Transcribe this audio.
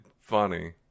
funny